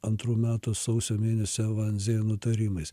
antrų metų sausio mėnesio avanzė nutarimais